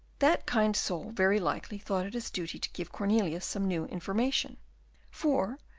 that kind soul very likely thought it his duty to give cornelius some new information for,